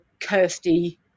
Kirsty